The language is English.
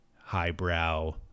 highbrow